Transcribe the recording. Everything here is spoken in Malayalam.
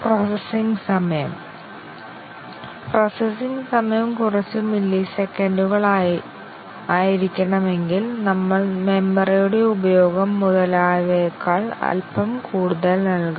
പ്രോസസ്സിംഗ് സമയം പ്രോസസ്സിംഗ് സമയം കുറച്ച് മില്ലിസെക്കൻഡുകൾ ആയിരിക്കണമെങ്കിൽ നമ്മൾ മെമ്മറിയുടെ ഉപയോഗം മുതലായവയേക്കാൾ അല്പം കൂടുതൽ നൽകാം